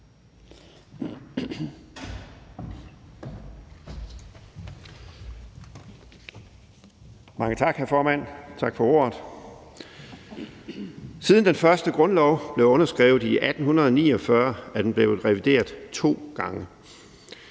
Mange tak, hr. formand; tak for ordet. Siden den første grundlov blev underskrevet i 1849, er den blevet revideret to gange.